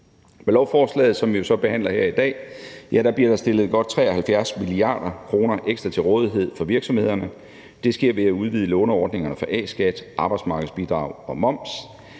Med lovforslaget, som vi så behandler her i dag, bliver der stillet godt 73 mia. kr. ekstra til rådighed for virksomhederne. Det sker ved at udvide låneordningerne for A-skat, arbejdsmarkedsbidrag og moms.